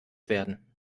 werden